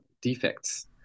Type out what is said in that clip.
defects